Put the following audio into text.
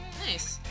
Nice